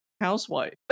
housewife